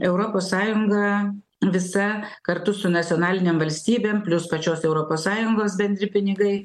europos sąjunga visa kartu su nacionalinėm valstybėm plius pačios europos sąjungos bendri pinigai